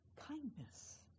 kindness